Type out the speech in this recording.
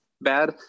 bad